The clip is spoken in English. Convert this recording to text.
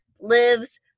Lives